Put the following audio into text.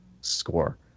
score